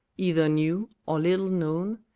either new or little known,